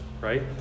right